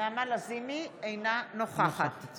אינה נוכחת